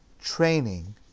training